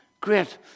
Great